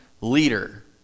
leader